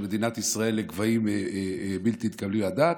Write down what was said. מדינת ישראל לגבהים בלתי מתקבלים על הדעת.